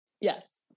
Yes